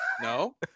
No